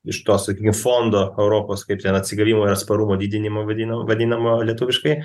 iš to sakykim fondo europos kaip ten atsigavimo ir atsparumo didinimo vadina vadinamo lietuviškai